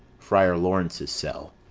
friar laurence's cell.